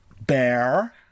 Bear